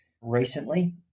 recently